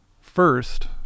First